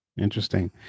Interesting